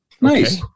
Nice